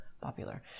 popular